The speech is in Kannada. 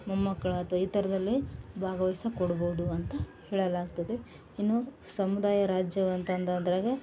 ಮೊಮ್ಮಕ್ಳು ಅಥ್ವ ಈ ಥರದಲ್ಲಿ ಭಾಗವಹ್ಸಿ ಕೊಡ್ಬೋದು ಅಂತ ಹೇಳಲಾಗ್ತದೆ ಇನ್ನೂ ಸಮುದಾಯ ರಾಜ್ಯ ಅಂತಂದಂದ್ರಗೆ